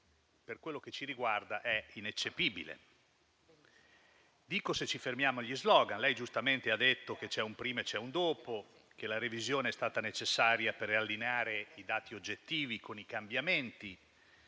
per quello che ci riguarda è ineccepibile. Se ci fermiamo agli *slogan*, però, perché il Ministro giustamente ha detto che ci sono un prima e un dopo, che la revisione è stata necessaria per allineare i dati oggettivi con i cambiamenti